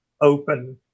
open